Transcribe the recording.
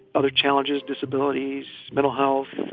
other challenges, disabilities, mental health,